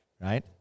Right